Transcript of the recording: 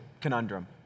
conundrum